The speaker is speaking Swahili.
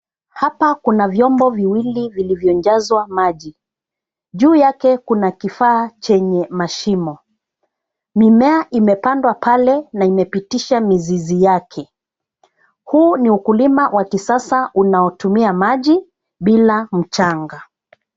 Hapa kuna vyombo viwili vilivyojazwa maji. Juu yake kuna kifaa chenye mashimo. Mimea imepandwa pale na imepitisha mizizi yake. Huu ni ukulima wa kisasa unaotumia maji bila mchanga.